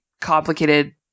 complicated